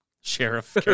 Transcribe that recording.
sheriff